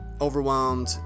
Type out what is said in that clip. overwhelmed